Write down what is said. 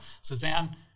Suzanne